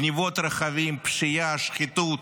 גנבות רכבים, פשיעה, שחיתות,